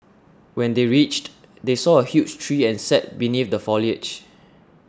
when they reached they saw a huge tree and sat beneath the foliage